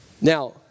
Now